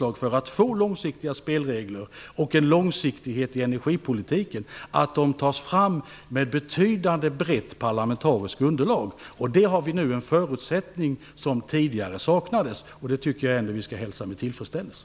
Men för att få långsiktiga spelregler och en långsiktighet i energipolitiken är det också viktigt att de tas fram med betydande brett parlamentariskt underlag. Där har vi nu en förutsättning som tidigare saknades. Det tycker jag att vi skall hälsa med tillfredsställelse.